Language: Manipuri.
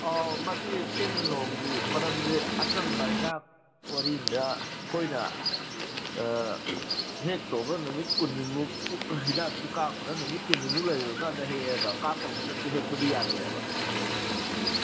ꯑꯣ ꯃꯁꯤ ꯇꯤꯜꯅꯨꯡꯒꯤ ꯃꯔꯝꯁꯤ ꯑꯆꯝꯕ ꯍꯤꯗꯥꯛ ꯋꯥꯔꯤ ꯑꯃꯗ ꯑꯩꯈꯣꯏꯅ ꯍꯦꯛꯇꯧ ꯅꯨꯃꯤꯠ ꯀꯨꯟꯅꯤꯃꯨꯛ ꯍꯤꯗꯥꯛꯁꯤ ꯀꯥꯞꯈ꯭ꯔꯒ ꯅꯨꯃꯤꯠ ꯀꯨꯟꯅꯤꯃꯨꯛ ꯂꯩꯔꯨꯔꯒ ꯍꯦꯛꯑꯦꯕ ꯀꯥꯞꯄ ꯍꯧꯔꯛꯄꯗ ꯍꯦꯛꯄꯗꯤ ꯌꯥꯗꯦꯕ